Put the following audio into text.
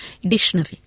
Dictionary